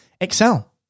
Excel